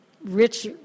rich